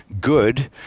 good